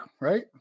right